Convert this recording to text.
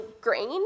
grain